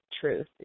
truth